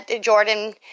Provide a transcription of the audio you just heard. Jordan